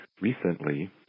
Recently